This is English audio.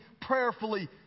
prayerfully